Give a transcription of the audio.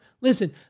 listen